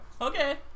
Okay